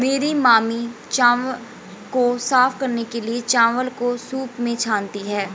मेरी मामी चावल को साफ करने के लिए, चावल को सूंप में छानती हैं